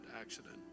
accident